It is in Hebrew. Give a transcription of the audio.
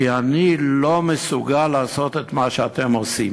כי אני לא מסוגל לעשות את מה שאתם עושים,